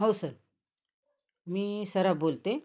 हो सर मी सराफ बोलते